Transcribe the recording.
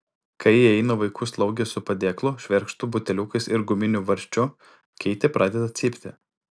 kai įeina vaikų slaugė su padėklu švirkštu buteliukais ir guminiu varžčiu keitė pradeda cypti